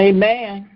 Amen